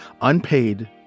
unpaid